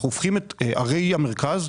אנחנו הופכים את ערי המרכז,